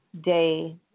day